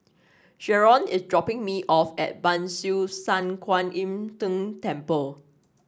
Jaron is dropping me off at Ban Siew San Kuan Im Tng Temple